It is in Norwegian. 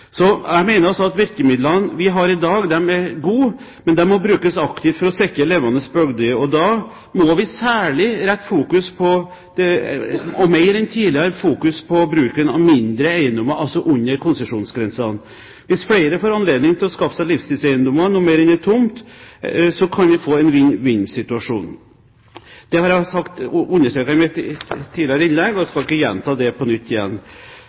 Jeg mener at de virkemidlene vi har i dag, er gode, men de må brukes aktivt for å sikre levende bygder. Da må vi særlig rette søkelyset – mer enn tidligere – på bruken av mindre eiendommer, altså eiendommer under konsesjonsgrensen. Hvis flere får anledning til å skaffe seg livstidseiendommer, noe mer enn en tomt, kan vi få en vinn–vinn-situasjon. Det har jeg understreket i mitt tidligere innlegg, og jeg skal ikke gjenta det på nytt.